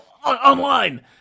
online